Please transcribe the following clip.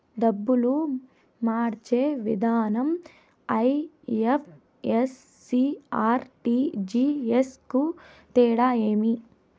డబ్బులు మార్చే విధానం ఐ.ఎఫ్.ఎస్.సి, ఆర్.టి.జి.ఎస్ కు తేడా ఏమి?